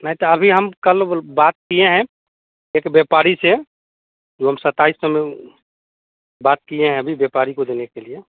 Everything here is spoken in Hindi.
नहीं तो अभी हम कल बोल बात किए हैं एक व्यापारी से वोल सत्ताइस सौ में बात किए हैं अभी व्यापारी को देने के लिए